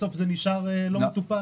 בסוף זה נשאר לא מטופל.